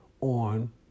on